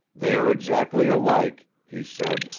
they are exactly alike, he said,